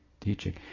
teaching